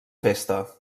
festa